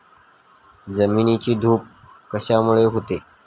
जमिनीची धूप कशामुळे होते?